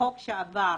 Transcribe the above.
החוק שעבר